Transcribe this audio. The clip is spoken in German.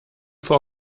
vor